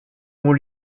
ont